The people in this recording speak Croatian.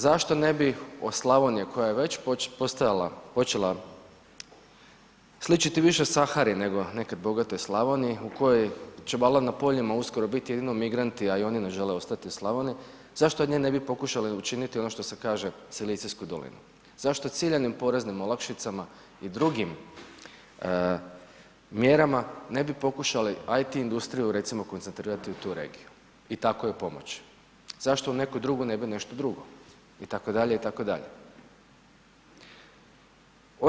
Zašto ne bi od Slavonije koja ja već počela sličiti više Sahari nego nekad bogatoj Slavoniji u kojoj će valjda na poljima uskoro biti jedino migranti, a ni oni ne žele ostati u Slavoniji, zašto od nje ne bi pokušali učiniti ono što se kaže Silicijsku dolinu?, zašto ciljanim poreznim olakšicama i drugim mjerama ne bi pokušali IT industriju recimo koncentrirati u tu regiju i tako joj pomoći, zašto u neku drugu ne bi nešto drugo, i tako dalje, i tako dalje.